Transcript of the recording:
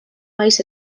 maiz